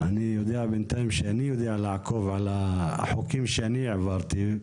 אבל אני יודע בינתיים שאני יודע לעקוב על החוקים שאני העברתי,